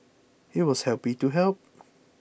he was happy to help